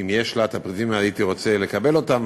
אם יש לה הפרטים הייתי רוצה לקבל אותם,